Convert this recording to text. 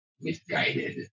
misguided